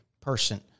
person